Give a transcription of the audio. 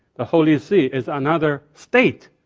the holy see is another state.